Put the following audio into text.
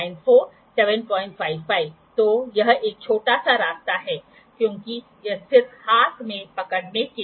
तो यहाँ आप देखते हैं यह मोटा है और यहाँ यह पतला है इसलिए यह वृद्धि है